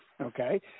okay